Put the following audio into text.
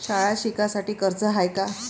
शाळा शिकासाठी कर्ज हाय का?